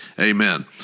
Amen